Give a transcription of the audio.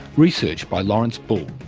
research by lawrence bull,